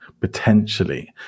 potentially